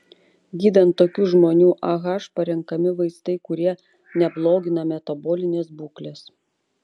gydant tokių žmonių ah parenkami vaistai kurie neblogina metabolinės būklės